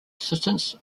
assistance